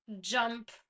jump